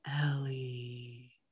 Ellie